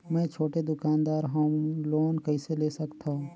मे छोटे दुकानदार हवं लोन कइसे ले सकथव?